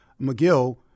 McGill